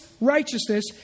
righteousness